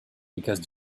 because